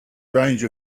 range